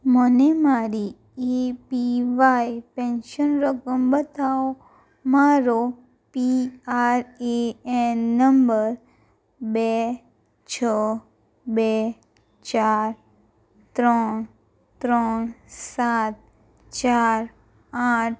મને મારી E P Y pension રકમ બતાવો મારો પી આર એ એન નંબર બે છ બે ચાર ત્રણ ત્રણ સાત ચાર આઠ